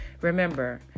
Remember